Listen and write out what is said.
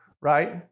right